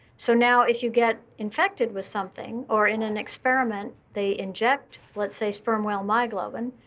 so now if you get infected with something or in an experiment, they inject, let's say, sperm whale myoglobin,